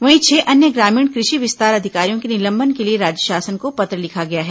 वहीं छह अन्य ग्रामीण कृषि विस्तार अधिकारियों के निलंबन के लिए राज्य शासन को पत्र लिखा गया है